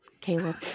Caleb